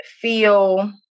feel